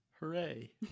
Hooray